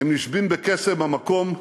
הם נשבים בקסם המקום,